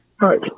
Right